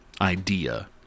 idea